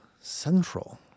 central